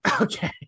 Okay